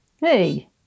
hey